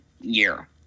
year